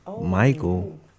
michael